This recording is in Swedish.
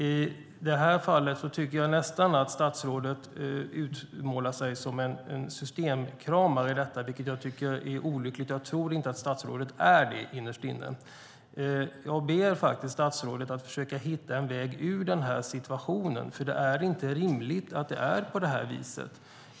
I det här fallet tycker jag nästan att statsrådet framstår som en systemkramare, vilket är olyckligt. Jag tror inte att statsrådet är det innerst inne. Jag ber statsrådet att försöka hitta en väg ur denna situation. Det är inte rimligt att det är på det här viset.